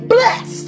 Bless